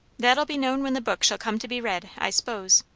that ll be known when the book shall come to be read, i s'pose.